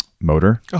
motor